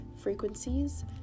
frequencies